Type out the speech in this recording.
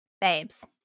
Babes